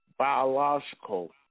Biological